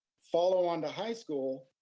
follow on to high school,